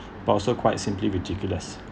but also quite simply ridiculous